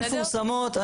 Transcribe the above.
הרשימות מפורסמות.